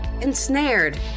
ensnared